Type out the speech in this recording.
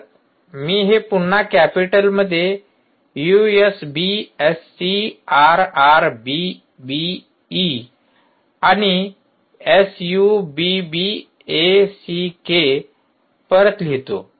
तर मी हे पुन्हा कॅपिटल मध्ये S U B S C R R B B E आणि S U B B A C K परत लिहतो